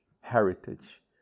heritage